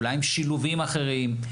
אולי עם שילובים אחרים,